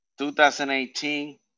2018